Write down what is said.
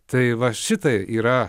tai va šitai yra